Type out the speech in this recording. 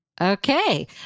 Okay